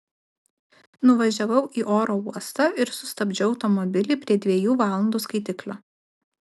nuvažiavau į oro uostą ir sustabdžiau automobilį prie dviejų valandų skaitiklio